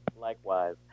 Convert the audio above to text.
Likewise